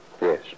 Yes